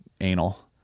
anal